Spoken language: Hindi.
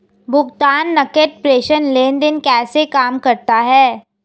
भुगतान नकद प्रेषण लेनदेन कैसे काम करता है?